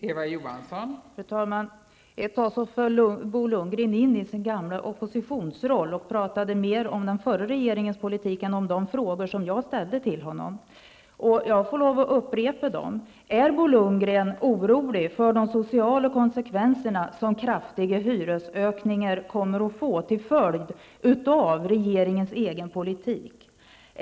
Fru talman! Ett tag föll Bo Lundgren in i sin gamla oppositionsroll och talade mer om den förra regeringens politik än om de frågor som jag ställde till honom. Jag får därför lov att upprepa dem. Är Bo Lundgren orolig för de sociala konsekvenser som kraftiga hyreshöjningar kommer att få på grund av regeringens egen politik?